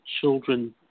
children